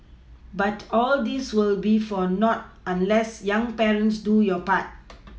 but all this will be for nought unless young parents do your part